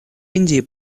индии